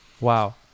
Wow